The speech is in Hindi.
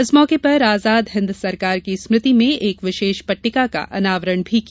इस मौके पर आजाद हिन्द सरकार की स्मृति में एक विशेष पट्टिका का अनावरण भी किया